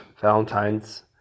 Valentine's